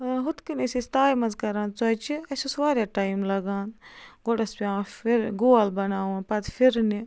ہُتھ کٔنۍ ٲسۍ أسۍ تایہِ منٛز کَران ژۄچہِ اَسہِ اوس واریاہ ٹایِم لَگان گۄڈٕ ٲس پیٚوان پھِر گول بَناوُن پَتہٕ پھِرنہِ